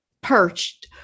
perched